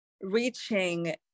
reaching